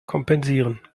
kompensieren